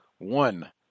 one